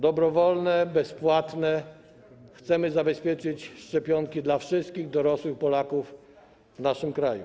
Dobrowolne, bezpłatne, chcemy zabezpieczyć szczepionki dla wszystkich dorosłych Polaków w naszym kraju.